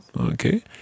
okay